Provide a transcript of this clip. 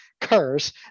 curse